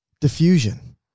diffusion